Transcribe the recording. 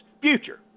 future